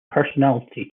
personality